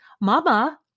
Mama